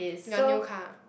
your new car ah